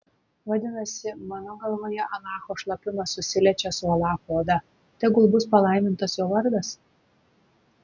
vadinasi mano galvoje alacho šlapimas susiliečia su alacho oda tegul bus palaimintas jo vardas